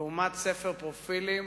ואומץ ספר פרופילים.